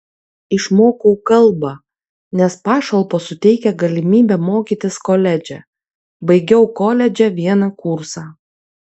išmokau kalbą nes pašalpos suteikia galimybę mokytis koledže baigiau koledže vieną kursą